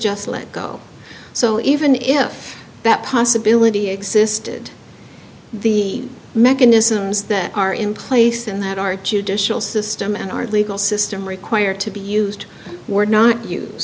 just let go so even if that possibility existed the mechanisms that are in place and that our judicial system and our legal system require to be used we're not use